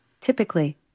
Typically